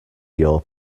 your